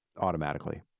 automatically